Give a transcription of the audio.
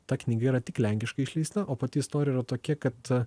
ta knyga yra tik lenkiškai išleista o pati istorija yra tokia kad